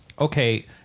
okay